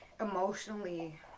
emotionally